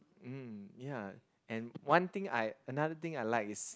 mm ya and one thing I another thing I like is